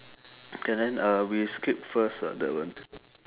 can then uh we skip first uh that one